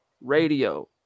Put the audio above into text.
radio